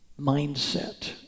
mindset